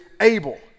able